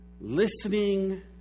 listening